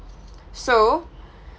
so